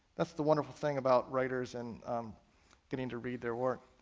that's the wonderful thing about writers and getting to read their work.